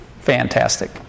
Fantastic